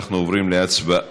אנחנו עוברים להצבעה.